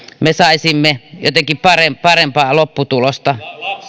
me saisimme jotenkin parempaa lopputulosta